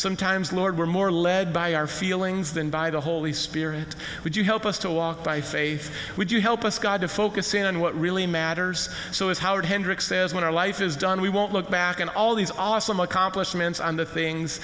sometimes lord we're more led by our feelings than by the holy spirit would you help us to walk by faith would you help us god to focus in on what really matters so as howard hendricks says when our life is done we won't look back on all these awesome accomplishments and the things